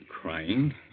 crying